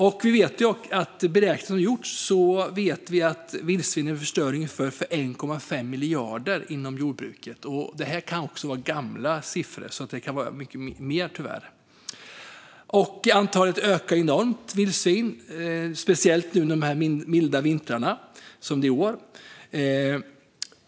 Utifrån beräkningar som gjorts vet vi att vildsvinen förstör för ungefär 1,5 miljarder inom jordbruket. Detta kan också vara gamla siffror; det kan tyvärr vara mycket mer. Antalet vildsvin ökar också enormt, speciellt nu under dessa milda vintrar.